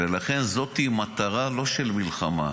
ולכן, זאת מטרה לא של מלחמה.